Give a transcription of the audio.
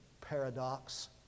paradox